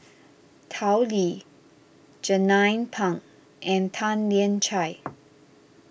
Tao Li Jernnine Pang and Tan Lian Chye